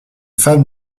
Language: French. femme